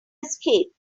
escaped